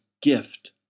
gift